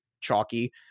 chalky